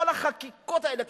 כל החקיקות האלה,